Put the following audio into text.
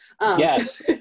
Yes